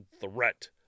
threat